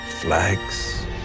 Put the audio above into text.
Flags